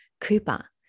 Cooper